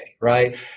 right